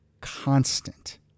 constant